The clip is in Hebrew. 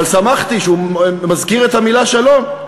אבל שמחתי שהוא מזכיר את המילה "שלום".